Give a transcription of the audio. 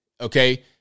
Okay